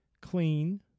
clean